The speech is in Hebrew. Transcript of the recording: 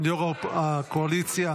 יו"ר הקואליציה,